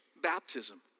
baptism